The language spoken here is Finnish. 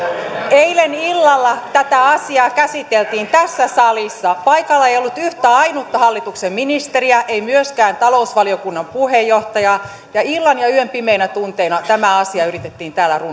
eilen illalla tätä asiaa käsiteltiin tässä salissa paikalla ei ollut yhtään ainutta hallituksen ministeriä ei myöskään talousvaliokunnan puheenjohtajaa illan ja ja yön pimeinä tunteina tämä asia yritettiin täällä